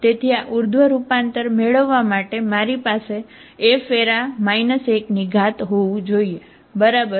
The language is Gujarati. તેથી આ ઉર્ધ્વ મેળવવા માટે મારી પાસે F 1 હોવું જોઈએ બરાબર